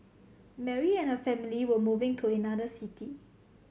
Mary and her family were moving to another city